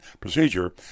procedure